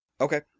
Okay